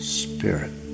spirit